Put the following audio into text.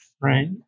right